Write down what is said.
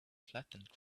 flattened